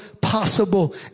possible